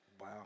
Wow